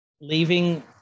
leaving